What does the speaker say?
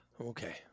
Okay